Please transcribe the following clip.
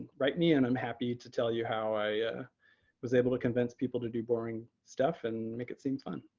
write me and i'm happy to tell you how i was able to convince people to do boring stuff and make it seem fun.